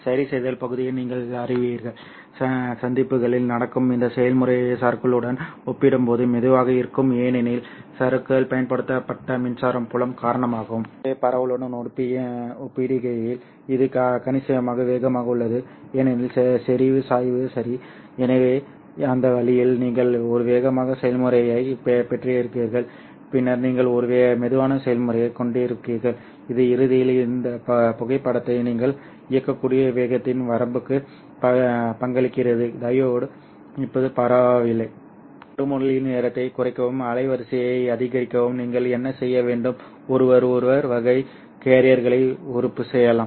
சரிசெய்தல் பகுதியை நீங்கள் அறிவீர்கள் சந்திப்புகளில் நடக்கும் இந்த செயல்முறை சறுக்கலுடன் ஒப்பிடும்போது மெதுவாக இருக்கும் ஏனெனில் சறுக்கல் பயன்படுத்தப்பட்ட மின்சார புலம் காரணமாகும் எனவே பரவலுடன் ஒப்பிடுகையில் இது கணிசமாக வேகமாக உள்ளது ஏனெனில் செறிவு சாய்வு சரி எனவே அந்த வழியில் நீங்கள் ஒரு வேகமான செயல்முறையைப் பெற்றிருக்கிறீர்கள் பின்னர் நீங்கள் ஒரு மெதுவான செயல்முறையைக் கொண்டிருக்கிறீர்கள் இது இறுதியில் இந்த புகைப்படத்தை நீங்கள் இயக்கக்கூடிய வேகத்தின் வரம்புக்கு பங்களிக்கிறது டையோடு இப்போது பரவாயில்லை மறுமொழி நேரத்தைக் குறைக்கவும் அலைவரிசையை அதிகரிக்கவும் நீங்கள் என்ன செய்ய முடியும் ஒருவர் ஒரு வகை கேரியர்களை உறுப்பு செய்யலாம்